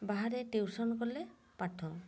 ବାହାରେ ଟ୍ୟୁସନ୍ ଗଲେ ପାଠ